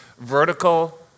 vertical